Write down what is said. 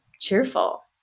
cheerful